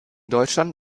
deutschland